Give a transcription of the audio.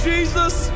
Jesus